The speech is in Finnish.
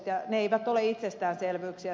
ne eivät ole itsestäänselvyyksiä